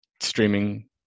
streaming